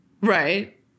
Right